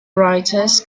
writers